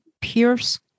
Pierce